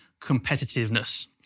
competitiveness